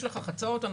יש לכך הצעות,